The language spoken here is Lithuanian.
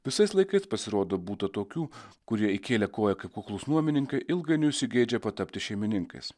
visais laikais pasirodo būta tokių kurie įkėlę koją kaip kuklūs nuomininkai ilgainiui užsigeidžia patapti šeimininkais